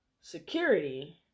security